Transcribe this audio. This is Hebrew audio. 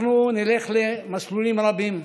אנחנו נלך למסלולים רבים,